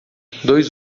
dois